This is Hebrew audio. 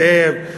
זאב,